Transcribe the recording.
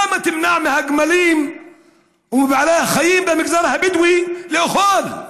למה תמנע מהגמלים ומבעלי החיים במגזר הבדואי לאכול?